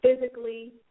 physically